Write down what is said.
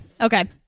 Okay